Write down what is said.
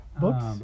Books